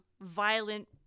violent